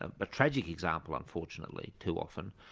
a but tragic example unfortunately too often,